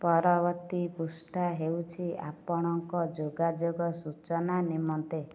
ପରବର୍ତ୍ତୀ ପୃଷ୍ଠା ହେଉଛି ଆପଣଙ୍କ ଯୋଗାଯୋଗ ସୂଚନା ନିମନ୍ତେ